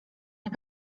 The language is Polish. nie